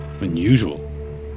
Unusual